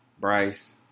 Bryce